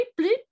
bleep